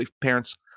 Parents